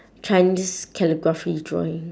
chinese calligraphy drawing